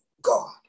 God